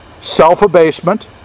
self-abasement